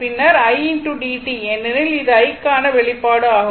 பின்னர் i dt ஏனெனில் இது i க்கான வெளிப்பாடு ஆகும்